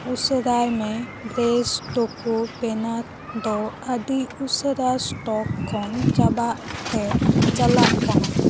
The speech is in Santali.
ᱩᱥᱟᱹᱨᱟᱭ ᱢᱮ ᱵᱨᱮᱥ ᱴᱳᱯᱷᱳ ᱯᱮᱱᱟᱨ ᱫᱚ ᱟᱹᱰᱤ ᱩᱥᱟᱹᱨᱟ ᱥᱴᱚᱠ ᱠᱷᱚᱱ ᱪᱟᱵᱟᱜ ᱛᱮ ᱪᱟᱞᱟᱜ ᱠᱟᱱᱟ